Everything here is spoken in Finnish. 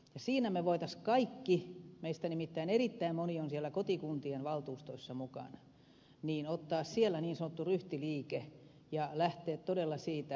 siinä me voisimme kaikki meistä nimittäin erittäin moni on siellä kotikuntien valtuustoissa mukana ottaa siellä niin sanotun ryhtiliikkeen ja lähteä todella siitä